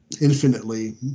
infinitely